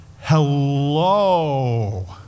hello